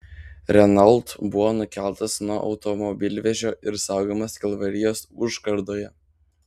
renault buvo nukeltas nuo automobilvežio ir saugomas kalvarijos užkardoje